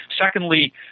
Secondly